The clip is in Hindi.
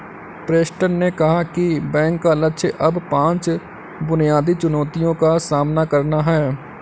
प्रेस्टन ने कहा कि बैंक का लक्ष्य अब पांच बुनियादी चुनौतियों का सामना करना है